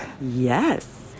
Yes